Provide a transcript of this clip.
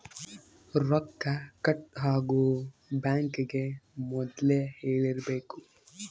ರೊಕ್ಕ ಕಟ್ ಆಗೋ ಬ್ಯಾಂಕ್ ಗೇ ಮೊದ್ಲೇ ಹೇಳಿರಬೇಕು